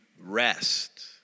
rest